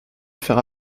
faire